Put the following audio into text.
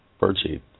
birdseed